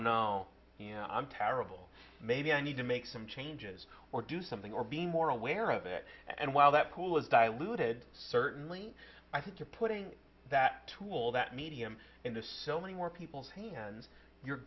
no i'm terrible maybe i need to make some changes or do something or being more aware of it and while that cool is diluted certainly i think to putting that tool that medium into so many more people's hands you're